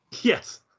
Yes